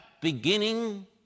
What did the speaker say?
beginning